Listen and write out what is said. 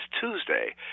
Tuesday